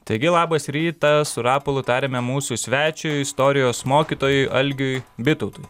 taigi labas rytas su rapolu tariame mūsų svečiui istorijos mokytojui algiui bitautui